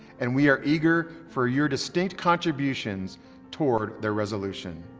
and we are eager for your distinct contributions toward their resolution.